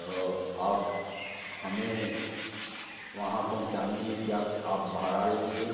तो आप हमें वहाँ पहुँचाने में क्या कि आप भाड़ा लेंगे